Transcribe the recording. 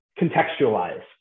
contextualize